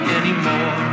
anymore